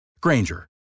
Granger